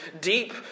deep